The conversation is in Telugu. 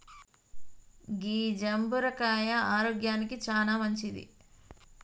గీ జంబుర కాయ ఆరోగ్యానికి చానా మంచింది